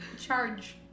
Charge